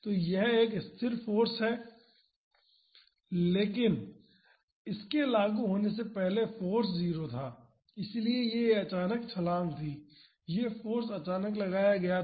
तो यह एक स्थिर फाॅर्स है लेकिन इसके लागू होने से पहले फाॅर्स 0 था इसलिए यह एक अचानक छलांग थी यह फाॅर्स अचानक लगाया गया था